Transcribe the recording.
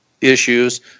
issues